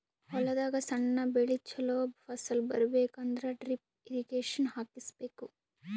ಹೊಲದಾಗ್ ಸಣ್ಣ ಬೆಳಿ ಚೊಲೋ ಫಸಲ್ ಬರಬೇಕ್ ಅಂದ್ರ ಡ್ರಿಪ್ ಇರ್ರೀಗೇಷನ್ ಹಾಕಿಸ್ಬೇಕ್